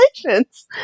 Congratulations